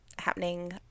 happening